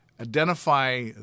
identify